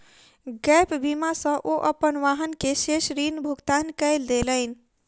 gap बीमा सॅ ओ अपन वाहन के शेष ऋण भुगतान कय देलैन